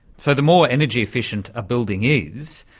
so the more energy efficient a building is,